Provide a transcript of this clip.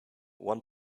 one